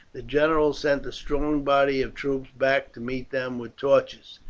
the general sent a strong body of troops back to meet them with torches.